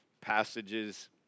passages